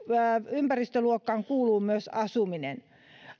ympäristöluokkaan kuuluu myös asuminen